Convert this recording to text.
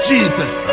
Jesus